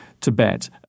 Tibet